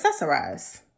accessorize